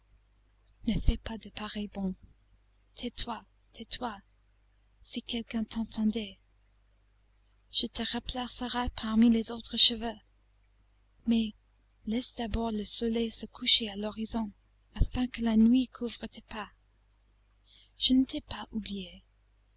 ne fais pas de pareils bonds tais-toi tais-toi si quelqu'un t'entendait je te replacerai parmi les autres cheveux mais laisse d'abord le soleil se coucher à l'horizon afin que la nuit couvre tes pas je ne t'ai pas oublié